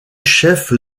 chef